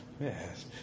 Yes